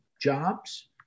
jobs